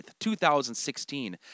2016